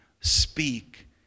speak